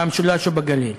במשולש או בגליל.